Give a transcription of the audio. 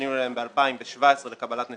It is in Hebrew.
פנינו אליהן ב-2017 לקבלת נתונים.